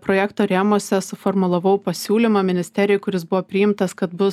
projekto rėmuose suformulavau pasiūlymą ministerijai kuris buvo priimtas kad bus